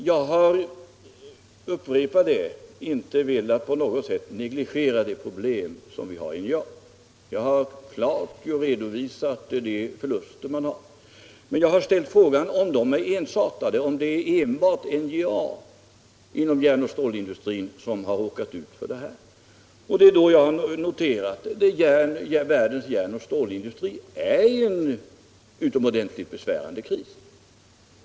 Jag upprepar att jag inte på något sätt har velat negligera de problem som finns i NJA; jag har klart redovisat de förluster som man har där. Men jag har ställt frågan, om de är ensartade och om det inom järnoch stålindustrin enbart är NJA som har råkat ut för förluster. Då har jag kunnat notera att världens järnoch stålindustri befinner sig i en utomordentligt besvärande kris.